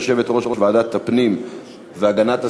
יושבת-ראש ועדת הפנים והגנת הסביבה.